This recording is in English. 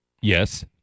Yes